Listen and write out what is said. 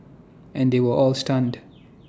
and they were all stunned